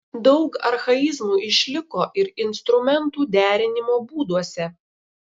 daug archaizmų išliko ir instrumentų derinimo būduose